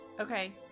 Okay